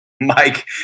Mike